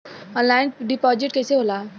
Online deposit कैसे होला?